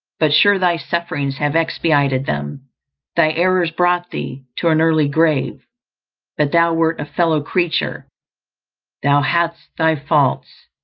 but sure thy sufferings have expiated them thy errors brought thee to an early grave but thou wert a fellow-creature thou had'st thy faults,